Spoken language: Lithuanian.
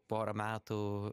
porą metų